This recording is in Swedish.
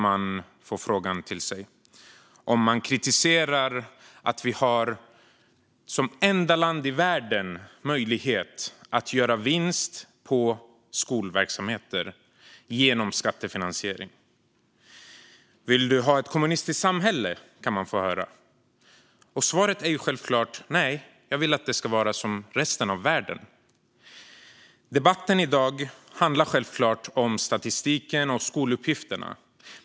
Den frågan kan man få om man kritiserar att Sverige som enda land i världen ger möjlighet att göra vinst på skolverksamheter genom skattefinansiering. Vill du ha ett kommunistiskt samhälle? Det kan man också få höra. Svaret är självklart: Nej, jag vill att det ska vara som i resten av världen. Debatten i dag handlar om statistiken och skoluppgifterna.